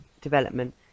development